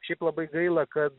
šiaip labai gaila kad